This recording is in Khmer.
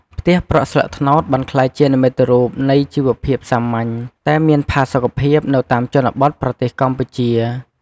ផ្ទះប្រក់ស្លឹកត្នោតបានក្លាយជានិមិត្តរូបនៃជីវភាពសាមញ្ញតែមានផាសុកភាព នៅតាមជនបទប្រទេសកម្ពុជា។